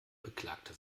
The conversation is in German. beklagte